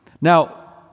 Now